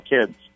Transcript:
kids